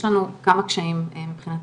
כמה קשיים מבחינתנו.